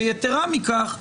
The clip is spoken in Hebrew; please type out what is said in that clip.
ויתרה מכך,